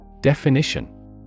Definition